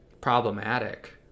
problematic